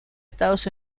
estados